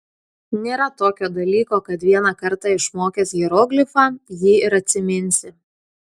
nėra tokio dalyko kad vieną kartą išmokęs hieroglifą jį ir atsiminsi